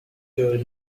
told